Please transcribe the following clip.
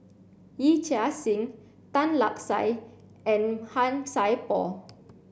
Yee Chia Hsing Tan Lark Sye and Han Sai Por